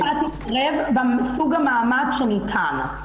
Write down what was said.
בית משפט התערב גם בסוג המעמד שניתן.